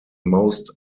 most